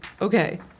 Okay